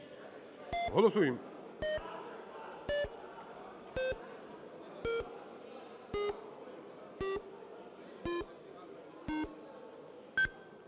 Голосуємо.